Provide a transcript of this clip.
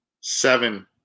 seven